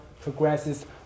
progresses